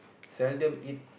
seldom eat